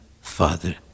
Father